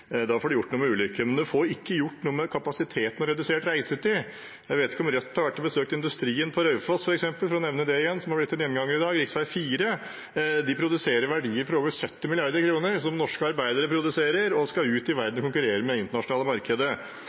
Da får en gjort noe med ulykkene, men en får ikke gjort noe med kapasiteten og redusert reisetid. Jeg vet ikke om Rødt f.eks. har vært og besøkt industrien på Raufoss ved rv. 4 – for å nevne det igjen, som har blitt en gjenganger i dag. De produserer verdier for over 70 mrd. kr, som norske arbeidere produserer, og som skal ut i verden og konkurrere i det internasjonale markedet.